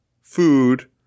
food